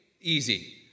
easy